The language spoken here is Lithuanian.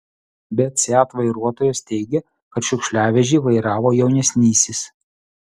bet seat vairuotojas teigia kad šiukšliavežį vairavo jaunesnysis